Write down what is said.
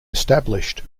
established